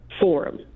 forum